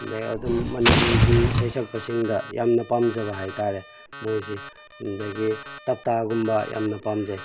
ꯑꯗꯨꯗꯩ ꯑꯗꯨꯝ ꯃꯅꯤꯄꯨꯔꯒꯤ ꯁꯩꯁꯛꯄꯁꯤꯡꯗ ꯌꯥꯝꯅ ꯄꯥꯝꯖꯕ ꯍꯥꯏꯇꯥꯔꯦ ꯃꯣꯏꯁꯤ ꯑꯗꯨꯗꯒꯤ ꯇꯞꯇꯥꯒꯨꯝꯕ ꯌꯥꯝꯅ ꯄꯥꯝꯖꯩ